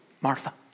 Martha